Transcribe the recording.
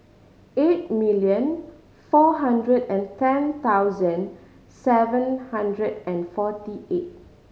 eight million four hundred and ten thousand seven hundred and forty eight